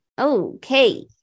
Okay